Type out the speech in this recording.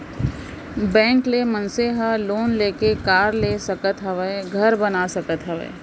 bank ले मनसे ह लोन लेके कार ले सकत हावय, घर बना सकत हावय